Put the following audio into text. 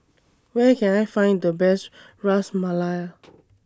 Where Can I Find The Best Ras Malai